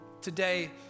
today